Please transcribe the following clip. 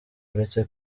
uretse